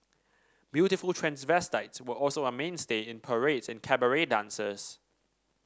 beautiful transvestites were also a mainstay in parades and cabaret dances